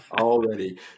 Already